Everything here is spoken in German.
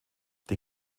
die